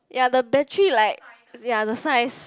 ya the battery like ya the size